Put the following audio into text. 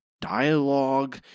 dialogue